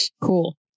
Cool